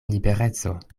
libereco